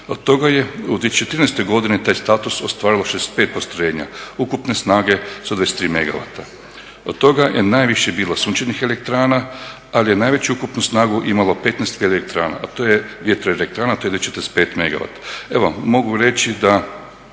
Od toga je u 2013. godini taj status ostvarilo 65 postrojenja, ukupne snage 123 megavata. Od toga je najviše bilo sunčanih elektrana, ali je najveću ukupnu snagu imalo 15 elektrana, a to je vjetroelektrana to je 45 megavata. Evo, mogu reći da